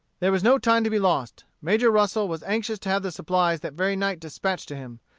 there was no time to be lost. major russel was anxious to have the supplies that very night dispatched to him,